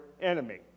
enemy